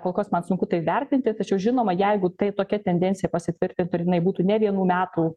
kol kas man sunku tai vertinti tačiau žinoma jeigu tai tokia tendencija pasitvirtintų ir jinai būtų ne vienų metų